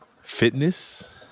fitness